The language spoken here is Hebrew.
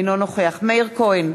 אינו נוכח מאיר כהן,